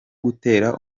gutera